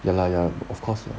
ya lah ya of course lah